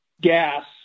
gas